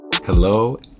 hello